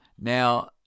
now